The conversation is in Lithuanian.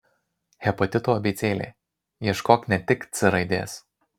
hepatito abėcėlė ieškok ne tik c raidės